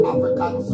African